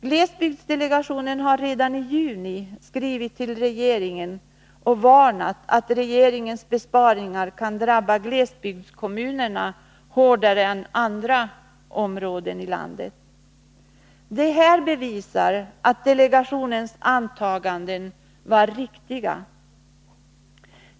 Glesbygdsdelegationen skrev redan i juni till regeringen och varnade för att regeringens besparingar kunde drabba glesbygdskommunerna hårdare än andra områden i landet. Det här bevisar att delegationens antaganden var riktiga.